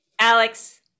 Alex